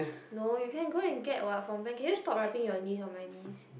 no you can go and get what from Ben can you stop rubbing your knees on my knees